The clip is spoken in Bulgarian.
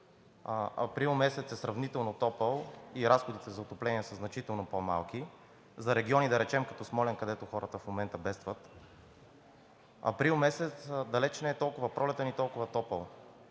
април е сравнително топъл и разходите за отопление са значително по-малки, за региони, като Смолян, където хората в момента бедстват, април месец далече не е толкова пролетен и толкова топъл.